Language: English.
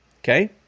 Okay